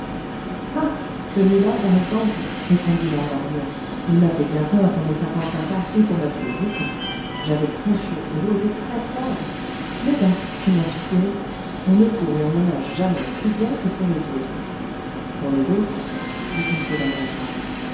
ah celui-là par exemple répondit wang en riant il m'a fait bien peur pour mes cinquante-cinq ans et pour ma philosophie j'avais très chaud et l'eau était très froide mais bah je m'en suis tiré on ne court et on ne nage jamais si bien que pour les autres pour les autres dit kin fo d'un air grave